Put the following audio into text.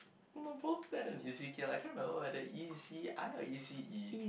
no both bet on Eci I can't remember whether E_C_I or E_C_E